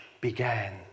began